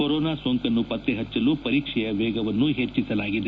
corona ಸೋಂಕನ್ನು ಪತ್ತಪಚ್ಚಲು ಪರೀಕ್ಷೆಯ ವೇಗವನ್ನು ಹೆಚ್ಚಸಲಾಗಿದೆ